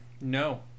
No